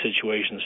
situations